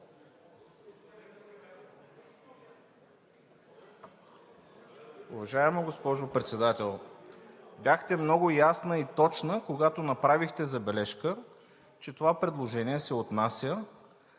Уважаема госпожо Председател, бяхте много ясна и точна, когато направихте забележка, че това предложение се отнася